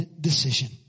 decision